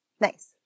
Nice